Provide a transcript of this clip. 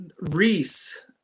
Reese